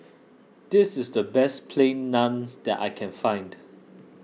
this is the best Plain Naan that I can find